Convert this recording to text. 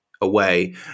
away